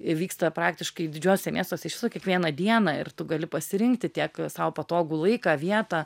vyksta praktiškai didžiuose miestuose iš viso kiekvieną dieną ir tu gali pasirinkti tiek sau patogų laiką vietą